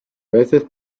veces